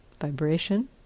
vibration